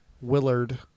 Willard